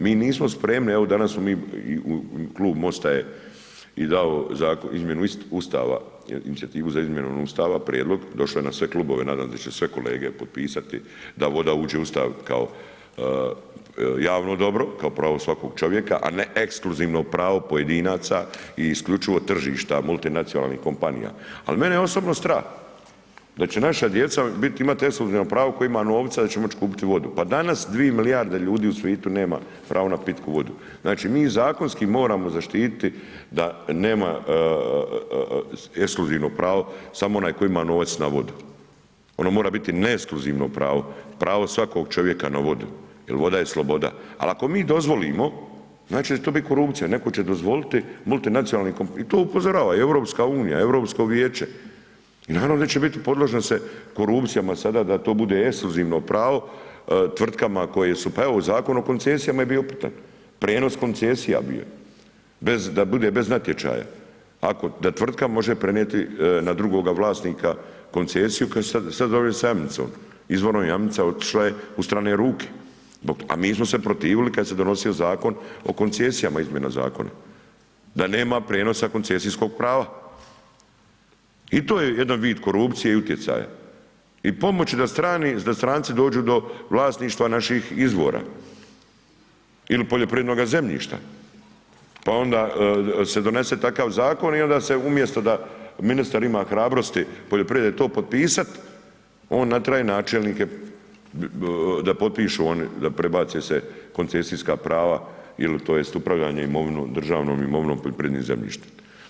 Mi nismo spremni, evo danas smo mi i Klub MOST-a je i dao izmjenu Ustava, inicijativu za izmjenom Ustava, prijedlog, došlo je na sve klubove, nadam se da će sve kolege potpisati da voda uđe u Ustav kao javno dobro, kao pravo svakog čovjeka, a ne ekskluzivno pravo pojedinaca i isključivo tržišta multinacionalnih kompanija, al mene osobno stra da će naša djeca bit, imat ekskluzivno pravo koji ima novca da će moć kupiti vodu, pa danas dvije milijarde ljudi u svitu nema pravo na pitku vodu, znači mi zakonski moramo zaštititi da nema ekskluzivno pravo samo onaj tko ima novac, na vodu, ono mora biti neekskluzivno pravo, pravo svakog čovjeka na vodu jel voda je sloboda, al ako mi dozvolimo, znači da će to bit korupcija, netko će dozvoliti multinacionalnim kompanijama i to upozorava i EU, i Europsko vijeće i naravno da će bit, podlaže se korupcijama sada da to bude ekskluzivno pravo tvrtkama koje su, pa evo u Zakonu o koncesijama je bio upitan prijenos koncesija bio, bez, da bude bez natječaja, da tvrtka može prenijeti na drugoga vlasnika koncesiju kao što je sad ovdje sa Jamnicom, izvorna Jamnica otišla je u strane ruke, a mi smo se protivili kad se donosio Zakon o koncesijama, izmjena zakona, da nema prijenosa koncesijskog prava i to je jedan vid korupcije i utjecaj i pomoći da stranci dođu do vlasništva naših izvora il poljoprivrednoga zemljišta, pa onda se donese takav zakon i onda se umjesto da ministar ima hrabrosti, poljoprivrede, to potpisat, on nateraje načelnike da potpišu oni, da prebace se koncesijska prava jel tj. upravljanje imovinom, državnom imovinom poljoprivrednim zemljištem.